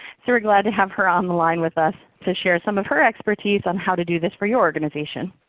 so we're glad to have her on the line with us to share some of her expertise on how to do this for your organization.